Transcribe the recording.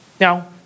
Now